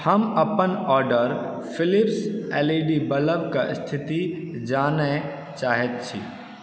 हम अपन order Philips L E D bulb क स्थिति जानय चाहैत छी